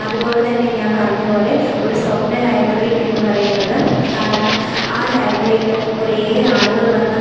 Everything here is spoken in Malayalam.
അതുപോലെ തന്നെ ഞാൻ പറഞ്ഞതുപോലെ ഒരു സ്വപ്ന ലൈബ്രറി എന്ന് പറയുന്നത് കാരണം ആ ലൈബ്രറിയിൽ കുറേ ആളുകൾ വന്ന്